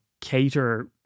cater